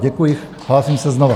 Děkuji, hlásím se znovu.